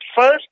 first